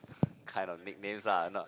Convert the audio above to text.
kind of nicknames lah not